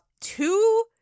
two